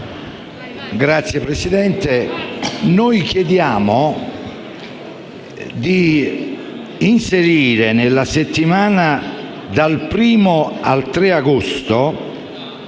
Signor Presidente, chiediamo di inserire nella settimana dal 1° al 3 agosto